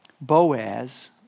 Boaz